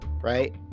right